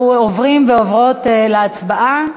אנחנו עוברים ועוברות להצבעה.